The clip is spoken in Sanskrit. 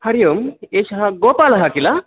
हरि ओम् एषः गोपालः किल